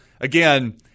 again